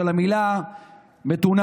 של המילה "מתונה"?